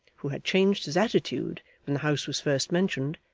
who had changed his attitude when the house was first mentioned,